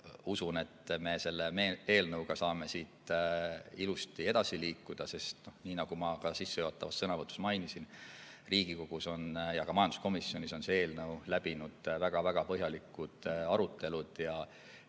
usun, et me selle eelnõuga saame siit ilusti edasi liikuda. Nagu ma ka sissejuhatavas sõnavõtus mainisin, Riigikogus, just majanduskomisjonis on see eelnõu läbinud väga põhjalikud arutelud ja